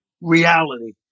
reality